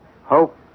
Hope